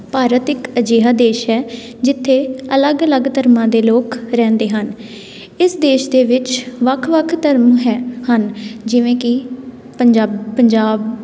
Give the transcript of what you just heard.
ਭਾਰਤ ਇੱਕ ਅਜਿਹਾ ਦੇਸ਼ ਹੈ ਜਿੱਥੇ ਅਲੱਗ ਅਲੱਗ ਧਰਮਾਂ ਦੇ ਲੋਕ ਰਹਿੰਦੇ ਹਨ ਇਸ ਦੇਸ਼ ਦੇ ਵਿੱਚ ਵੱਖ ਵੱਖ ਧਰਮ ਹੈ ਹਨ ਜਿਵੇਂ ਕਿ ਪੰਜਾਬੀ ਪੰਜਾਬ